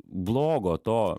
blogo to